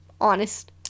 Honest